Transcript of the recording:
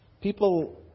People